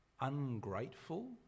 Ungrateful